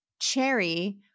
cherry